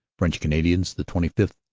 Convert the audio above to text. french canadians, the twenty fifth,